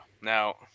Now